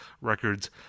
records